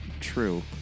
true